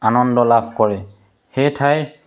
আনন্দ লাভ কৰে সেই ঠাই